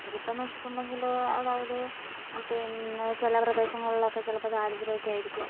അവർ ഇപ്പോൾ എന്ന് വെച്ചിട്ടുണ്ടെങ്കിൽ അതായത് പിന്നെ ചില പ്രദേശങ്ങളിലൊക്കെ ചിലപ്പോൾ ദാരിദ്യം ഒക്കെ ആയിരിക്കും